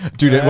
dude.